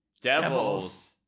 Devils